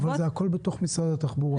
זה הכול בתוך משרד התחבורה.